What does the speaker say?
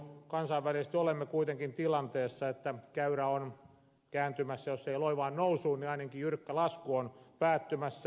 kansainvälisesti olemme kuitenkin tilanteessa että käyrä on kääntymässä jos ei loivaan nousuun niin ainakin jyrkkä lasku on päättymässä